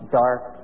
dark